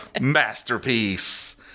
masterpiece